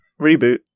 Reboot